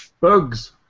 Bugs